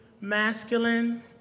masculine